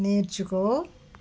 నేర్చుకో